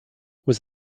was